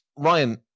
Ryan